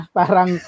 parang